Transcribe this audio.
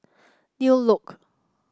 New Look